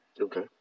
Okay